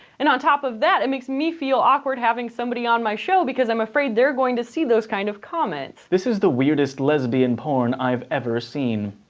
and on top of that it makes me feel awkward having somebody on my show because i'm afraid they're going to see those kind of comments. this is the weirdest lesbian porn i've ever seen.